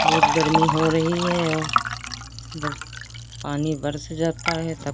बहुत गर्मी हो रही है और जब पानी बरस जाता है तब